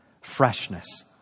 Freshness